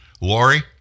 Lori